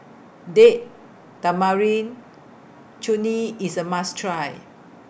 Date Tamarind Chutney IS A must Try